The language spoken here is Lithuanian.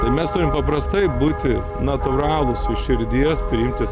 tai mes turim paprastai būti natūralūs iš širdies priimti